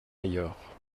ailleurs